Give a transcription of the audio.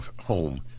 home